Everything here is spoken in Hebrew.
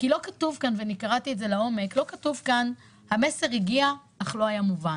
כי לא כתוב כאן ואני קראתי את זה לעומק שהמסר הגיע אך לא היה מובן.